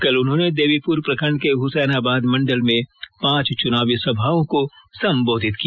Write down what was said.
कल उन्होंने देवीपुर प्रखंड के हुसैनाबाद मंडल में पांच चुनावी सभाओं को संबोधित किया